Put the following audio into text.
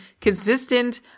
consistent